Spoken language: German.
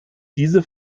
diese